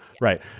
right